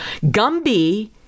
Gumby